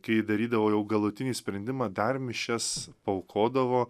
kai darydavo galutinį sprendimą dar mišias paaukodavo